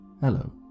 Hello